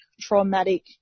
traumatic